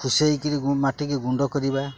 ଖୁସେଇକିରି ମାଟିକି ଗୁଣ୍ଡ କରିବା